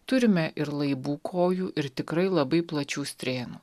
turime ir laibų kojų ir tikrai labai plačių strėnų